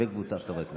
של קבוצת חברי הכנסת.